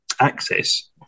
access